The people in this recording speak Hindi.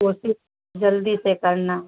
कोशिश जल्दी से करना